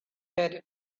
had